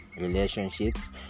relationships